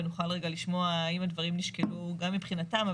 ונוכל לשמוע האם הדברים נשקלו גם מבחינתם.